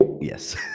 yes